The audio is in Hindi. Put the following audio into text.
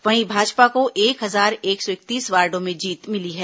वहीं भाजपा को एक हजार एक सौ इकतीस वार्डो में जीत मिली है